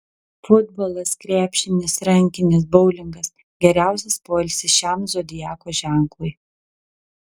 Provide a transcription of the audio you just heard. futbolas krepšinis rankinis boulingas geriausias poilsis šiam zodiako ženklui